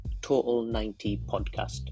Total90Podcast